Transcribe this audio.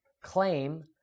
claim